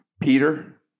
Peter